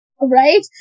Right